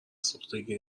سوختگی